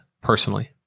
personally